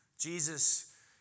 Jesus